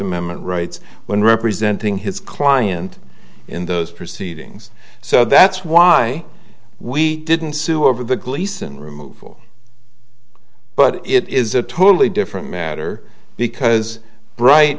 amendment rights when representing his client in those proceedings so that's why we didn't sue over the gleason removal but it is a totally different matter because bright